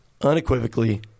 unequivocally